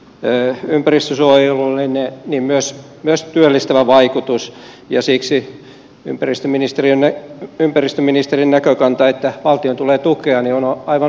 siirtoviemärihankkeilla on paitsi ympäristönsuojelullinen myös työllistävä vaikutus ja siksi ympäristöministerin näkökanta että valtion tulee tukea on aivan oikea